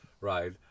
right